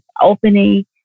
opening